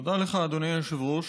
תודה לך, אדוני היושב-ראש.